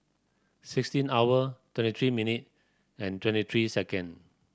sixteen hour twenty three minute and twenty three second